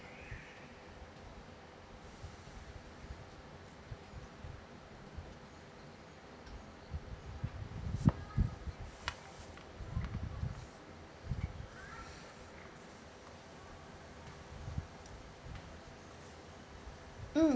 mm